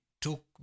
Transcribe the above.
took